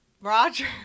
Roger